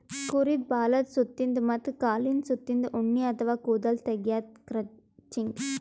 ಕುರಿದ್ ಬಾಲದ್ ಸುತ್ತಿನ್ದ ಮತ್ತ್ ಕಾಲಿಂದ್ ಸುತ್ತಿನ್ದ ಉಣ್ಣಿ ಅಥವಾ ಕೂದಲ್ ತೆಗ್ಯದೆ ಕ್ರಚಿಂಗ್